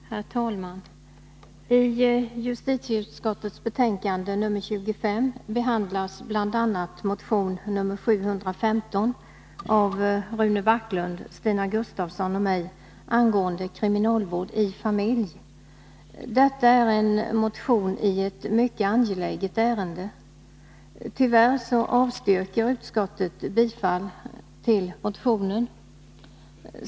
Herr talman! I justitieutskottets betänkande nr 25 behandlas bl.a. motion nr 715 av Rune Backlund, Stina Gustavsson och mig angående kriminalvård i familj. Detta är en motion i ett mycket angeläget ärende. Tyvärr avstyrker utskottet bifall till motionen.